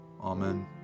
Amen